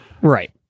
right